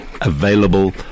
available